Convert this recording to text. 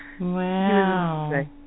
Wow